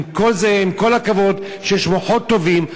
עם כל הכבוד לכך שיש מוחות טובים,